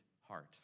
heart